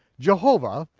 jehovah,